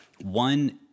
one